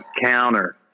counter